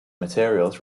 materials